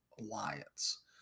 alliance